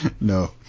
No